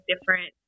different